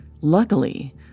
Luckily